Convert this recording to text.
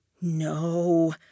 No